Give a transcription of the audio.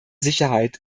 sicherheit